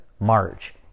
March